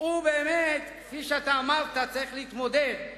הוא באמת, כפי שאתה אמרת, צריך להתמודד עם